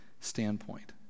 standpoint